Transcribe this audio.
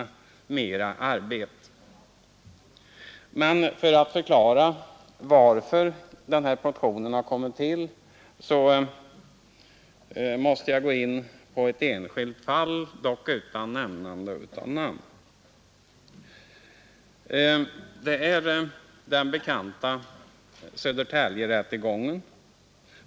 För att förklara varför motionen har kommit till måste jag gå in på ett enskilt fall, dock utan att nämna några namn. Det gäller en bekant rättegång i Södertälje.